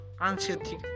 anxiety